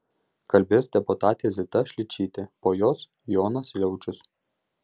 kalbės deputatė zita šličytė po jos jonas liaučius